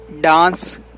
dance